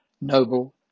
noble